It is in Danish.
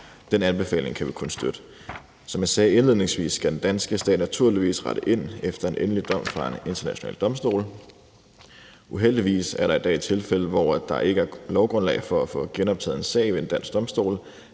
Den anbefaling kan vi kun støtte. Som jeg sagde indledningsvis, skal den danske stat naturligvis rette ind efter en endelig dom fra en international domstol. Uheldigvis er der i dag tilfælde, hvor der ikke er lovgrundlag for at få genoptaget en sag ved en dansk domstol,